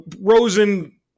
Rosen